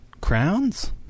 crowns